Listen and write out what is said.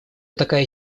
такая